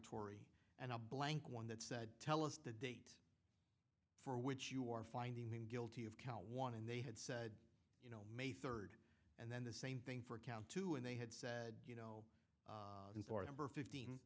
tory and a blank one that said tell us the date for which you are finding them guilty of count one in they had said you know may third and then the same thing for count two and they had said you know for a number fifteen